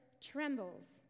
trembles